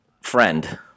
friend